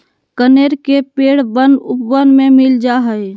कनेर के पेड़ वन उपवन में मिल जा हई